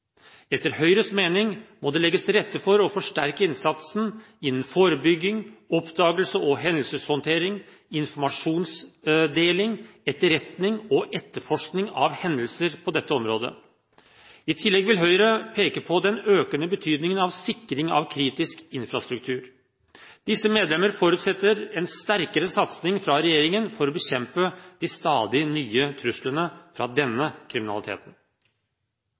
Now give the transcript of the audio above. Etter Høyres mening må det legges til rette for å forsterke innsatsen innen forebygging, oppdagelse og hendelseshåndtering, informasjonsdeling, etterretning og etterforskning av hendelser på dette området. I tillegg vil Høyre peke på den økende betydningen av sikring av kritisk infrastruktur. Høyre forutsetter en sterkere satsing fra regjeringen for å bekjempe de stadig nye truslene fra denne kriminaliteten.